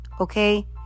Okay